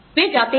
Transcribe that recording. वे जाते हैं